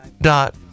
dot